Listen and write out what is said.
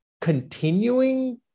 continuing